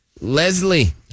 Leslie